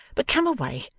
but come away.